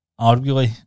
Arguably